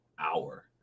hour